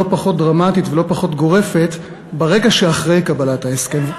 פחות דרמטית ולא פחות גורפת ברגע שאחרי קבלת ההסכם.